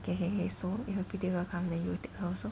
!hey! !hey! !hey! so if you pity her come go and take her also